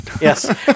Yes